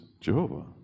Jehovah